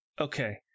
Okay